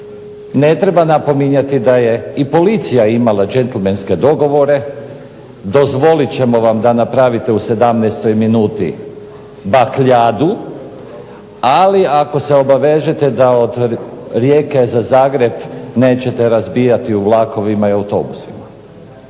Ne treba napominjati da je i policija imala gentlemenske dogovore dozvolit ćemo vam da napravite u 17-oj minuti bakljadu, ali ako se obavežete da od Rijeke za Zagreb nećete razbijati u vlakovima i u autobusima.